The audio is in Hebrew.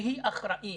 שהיא אחראית